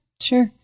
sure